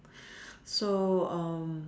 so um